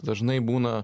dažnai būna